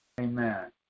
Amen